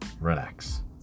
relax